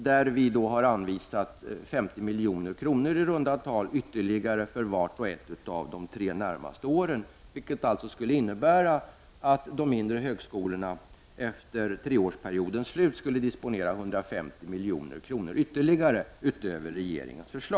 Vi har anvisat i runda tal 50 milj.kr. ytterligare för vart och ett av de närmaste tre åren, vilket alltså skulle innebära att de mindre högskolorna efter treårsperiodens slut skulle disponera 150 milj.kr. mer än vad regeringen föreslår.